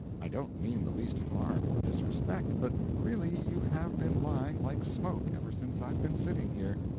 i don't mean the least harm or disrespect, but really you have been lying like smoke ever since i've been sitting here.